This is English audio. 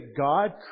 God